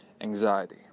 anxiety